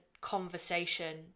conversation